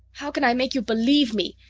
how can i make you believe me?